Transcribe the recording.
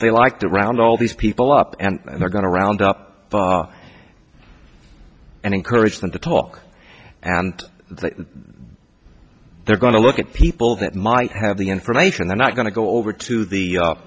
they like to around all these people up and they're going to round up far and encourage them to talk and they're going to look at people that might have the information they're not going to go over to the u